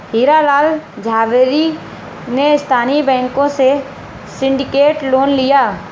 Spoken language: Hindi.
हीरा लाल झावेरी ने स्थानीय बैंकों से सिंडिकेट लोन लिया